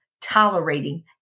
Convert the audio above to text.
tolerating